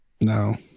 no